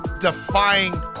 defying